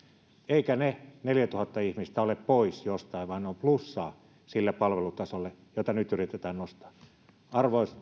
eivätkä ne neljätuhatta ihmistä ole pois jostain vaan he ovat plussaa sille palvelutasolle jota nyt yritetään nostaa arvoisat